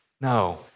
no